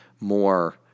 more